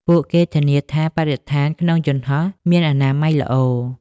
ពួកគេធានាថាបរិស្ថានក្នុងយន្តហោះមានអនាម័យល្អ។